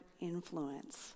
influence